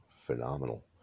phenomenal